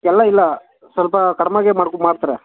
ಎಲ್ಲ ಇಲ್ಲ ಸ್ವಲ್ಪ ಕಡಿಮೆಗೆ ಮಾಡ್ಕೊ ಮಾಡ್ತಾರೆ